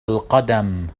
القدم